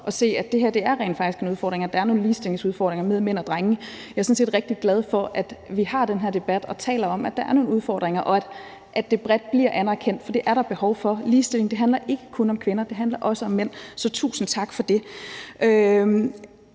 at se, at det her rent faktisk er en udfordring, og at der er nogle ligestillingsudfordringer med mænd og drenge. Jeg er sådan set rigtig glad for, at vi har den her debat og taler om, at der er nogle udfordringer, og at det bredt bliver anerkendt, for det er der behov for. Ligestilling handler ikke kun om kvinder, det handler også om mænd. Så tusind tak for det.